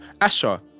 Asha